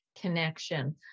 connection